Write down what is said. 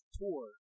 tour